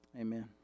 Amen